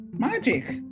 Magic